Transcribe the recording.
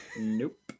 nope